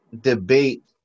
debate